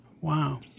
Wow